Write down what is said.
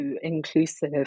inclusive